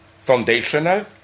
foundational